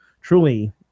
truly